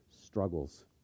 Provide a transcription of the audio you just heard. struggles